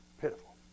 Pitiful